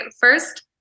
first